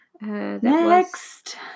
Next